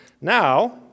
Now